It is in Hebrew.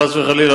חס וחלילה,